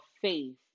faith